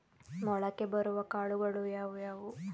ಮೊಳಕೆ ಬರುವ ಕಾಳುಗಳು ಯಾವುವು?